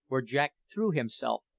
where jack threw himself,